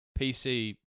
PC